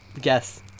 guess